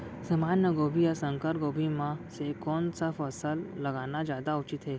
सामान्य गोभी या संकर गोभी म से कोन स फसल लगाना जादा उचित हे?